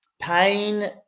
pain